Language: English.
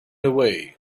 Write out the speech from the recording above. away